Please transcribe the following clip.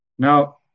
Now